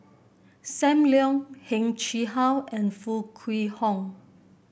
Sam Leong Heng Chee How and Foo Kwee Horng